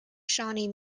shawnee